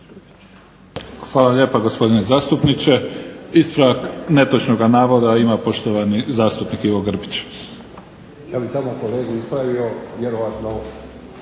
Hvala lijepa, gospodine zastupniče. Ispravak netočnog navoda ima poštovani zastupnik Ivo Grbić. **Grbić, Ivo (HDZ)** Ja bih samo kolegu ispravio, vjerojatno nije